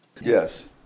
Yes